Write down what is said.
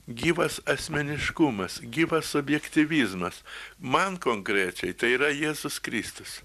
gyvas asmeniškumas gyvas subjektyvizmas man konkrečiai tai yra jėzus kristus